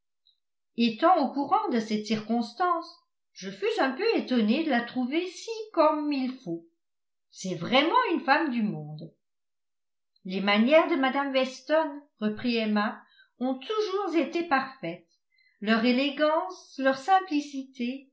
étant au courant de cette circonstance je fus un peu étonnée de la trouver si comme il faut c'est vraiment une femme du monde les manières de mme weston reprit emma ont toujours été parfaites leur élégance leur simplicité